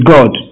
God